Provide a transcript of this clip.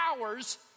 hours